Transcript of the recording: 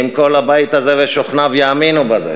אם כל הבית הזה ושוכניו יאמינו בזה